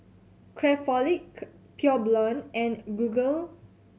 Craftholic Pure Blonde and Google